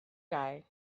guy